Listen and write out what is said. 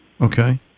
okay